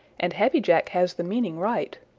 and happy jack has the meaning right.